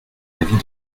avis